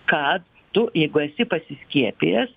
kad tu jeigu esi pasiskiepijęs